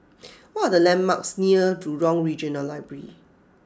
what are the landmarks near Jurong Regional Library